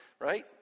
right